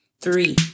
Three